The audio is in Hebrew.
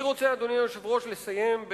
אני רוצה, אדוני היושב-ראש, לסיים,